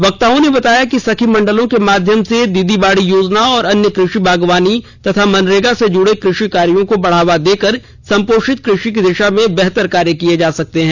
वक्ताओं ने बताया कि सखी मंडलों के माध्यम से दीदी बाड़ी योजना और अन्य कृषि बागवानी तथा मनरेगा से जुड़े कृ षि कार्यो को बढ़ावा देकर संपोषित कृषि की दिशा में बेहतर कार्य किये जा सकते हैं